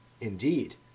Indeed